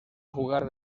jugar